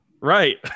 Right